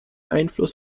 einfluss